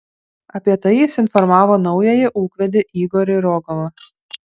apie tai jis informavo naująjį ūkvedį igorį rogovą